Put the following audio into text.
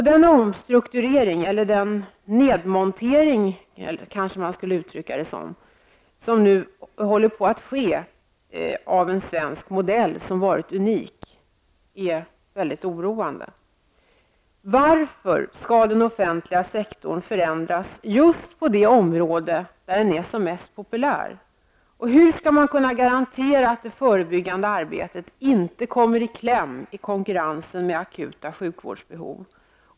Den omstrukturering -- eller nedmontering -- som nu håller på att ske av en svensk modell som varit unik är väldigt oroande. Varför skall den offentliga sektorn förändras just på det område där den är som mest populär? Hur skall man kunna garantera att det förebyggande arbetet inte kommer i kläm i konkurrensen med akuta sjukvårdsbehov?